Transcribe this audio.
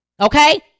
Okay